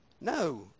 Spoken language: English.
No